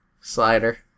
Slider